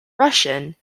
russian